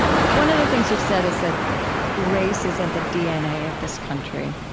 one of the things you've said is that race is in the dna of this country,